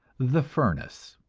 the furnace.